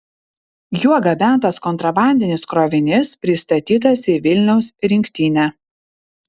juo gabentas kontrabandinis krovinys pristatytas į vilniaus rinktinę